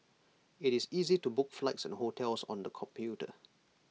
IT is easy to book flights and hotels on the computer